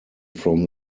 from